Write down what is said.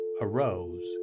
arose